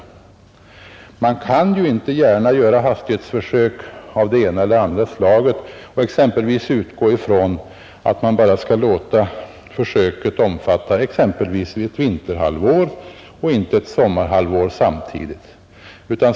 Man kan ju inte gärna göra hastighetsförsök av det ena eller andra slaget och utgå ifrån att man exempelvis kan låta försöket omfatta ett vinterhalvår men inte samtidigt ett sommarhalvår.